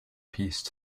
peace